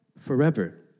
forever